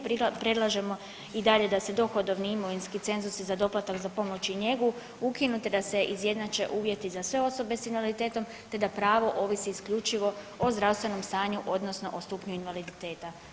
Predlažemo i dalje da se dohodovni i imovinski cenzusi za doplatak za pomoć i njegu ukinu, te da se izjednače sve osobe sa invaliditetom, te da pravo ovisi isključivo o zdravstvenom stanju odnosno o stupnju invaliditeta.